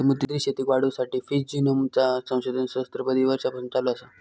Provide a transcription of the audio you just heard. समुद्री शेतीक वाढवुसाठी फिश जिनोमचा संशोधन सहस्त्राबधी वर्षांपासून चालू असा